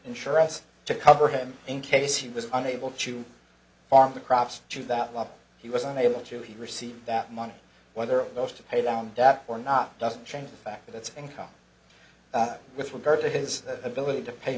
insurance to cover him in case he was unable to farm the crops to that level he was unable to he receive that money whether those to pay down debt or not doesn't change the fact that it's income with regard to his ability to pay